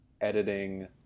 editing